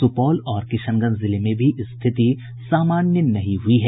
सुपौल और किशनगंज जिले में भी स्थिति सामान्य नहीं हुई है